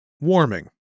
Warming